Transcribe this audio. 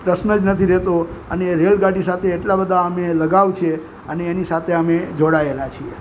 પ્રશ્ન જ નથી રહેતો અને રેલગાડી સાથે એટલા બધા અમે લગાવ છે અને એની સાથે અમે જોડાયેલા છીએ